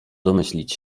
domyślić